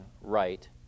right